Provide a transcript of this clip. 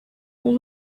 all